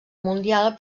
mundial